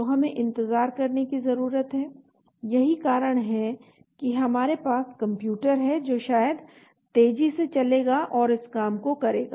तो हमें इंतजार करने की जरूरत है यही कारण है कि हमारे पास कंप्यूटर है जो शायद तेजी से चलेगा और इस काम को करेगा